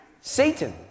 Satan